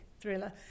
thriller